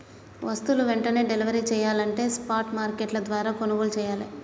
వస్తువులు వెంటనే డెలివరీ చెయ్యాలంటే స్పాట్ మార్కెట్ల ద్వారా కొనుగోలు చెయ్యాలే